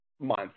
month